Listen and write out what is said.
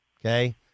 Okay